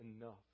enough